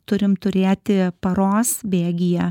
turim turėti paros bėgyje